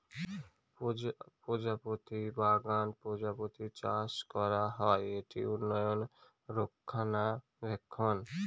প্রজাপতি বাগান প্রজাপতি চাষ করা হয়, একটি উন্নত রক্ষণাবেক্ষণ